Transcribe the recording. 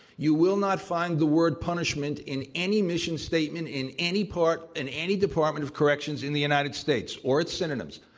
you will not find the word, punishment, in any mission statement in any part in any department of corrections in the united states, or its synonyms,